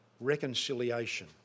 reconciliation